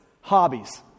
hobbies